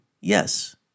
yes